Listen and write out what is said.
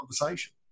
conversation